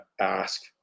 ask